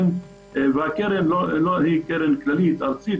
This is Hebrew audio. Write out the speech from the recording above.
והקרן היא ארצית,